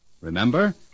Remember